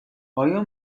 آیا